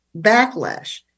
backlash